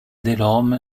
delorme